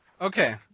Okay